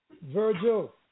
Virgil